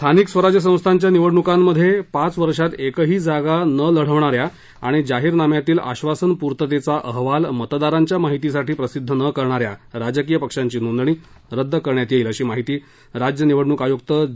स्थानिक स्वराज्य संस्थांच्या निवडणुकांमध्ये पाच वर्षांत एकही जागा न लढविणाऱ्या आणि जाहीरनाम्यातील आश्वासन पूर्ततेचा अहवाल मतदारांच्या माहितीसाठी प्रसिद्ध न करणाऱ्या राजकीय पक्षांची नोंदणी रद्द करण्यात येईल अशी माहिती राज्य निवडणूक आयुक्त ज